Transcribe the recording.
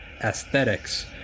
aesthetics